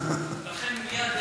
לכן מייד,